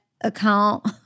account